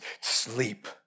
sleep